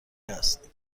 است